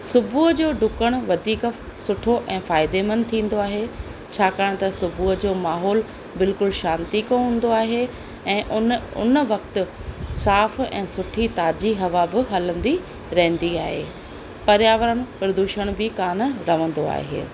सुबुह जो डुकण वधीक सुठो ऐं फ़ाइदेमंद थींदो आहे छाकाणि त सुबुह जो माहोलु बिल्कुलु शांती का हूंदो आहे ऐं हुन हुन वक़्तु साफ़ु ऐं सुठी ताज़ी हवा बि हलंदी रहंदी आहे पर्यावरण प्रदूषण बि कान रहंदो आहे